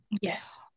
yes